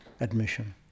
admission